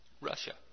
Russia